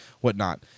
whatnot